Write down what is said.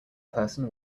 person